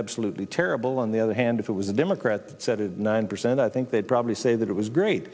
absolutely terrible on the other hand if it was a democrat that said it nine percent i think they'd probably say that it was great